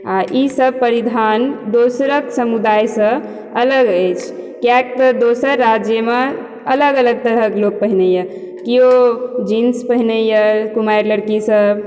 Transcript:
आ इसब परिधान दोसरक समुदायसँ अलग अछि किएक तऽ दोसर राज्यमे अलग अलग तरहक लोक पहिरैया केओ जीन्स पहिरैया कुमारि लड़की सब